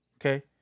Okay